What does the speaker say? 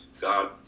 God